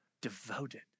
devoted